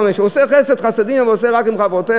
היא עושה חסד, חסדים, אבל היא עושה רק עם חברותיה.